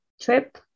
trip